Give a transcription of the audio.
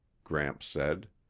gramps said.